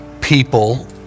people